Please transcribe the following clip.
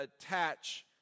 attach